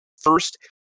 first